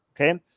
Okay